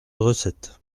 recettes